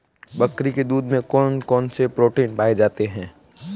बकरी के दूध में कौन कौनसे प्रोटीन पाए जाते हैं?